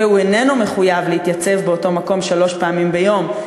והוא איננו מחויב להתייצב באותו מקום שלוש פעמים ביום,